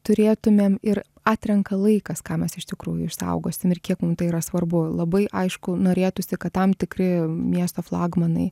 turėtumėm ir atrenka laikas ką mes iš tikrųjų išsaugosim ir kiek mum tai yra svarbu labai aišku norėtųsi kad tam tikri miesto flagmanai